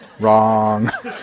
Wrong